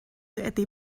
этой